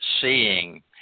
seeing